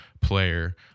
player